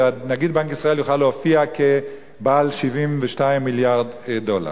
ונגיד בנק ישראל יוכל להופיע כבעל 72 מיליארד דולר.